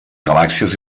galàxies